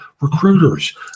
recruiters